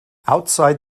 outside